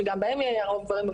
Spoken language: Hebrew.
שגם בהם הרוב גברים,